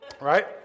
Right